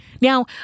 Now